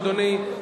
אדוני,